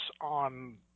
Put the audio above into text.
on